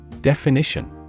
Definition